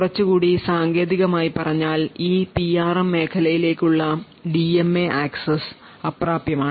കുറച്ചുകൂടി സാങ്കേതികമായി പറഞ്ഞാൽ ഈ പിആർഎം മെമ്മറിയിലേക്കുള്ള ഡിഎംഎ ആക്സസ് അപ്രാപ്യമാണ്